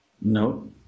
No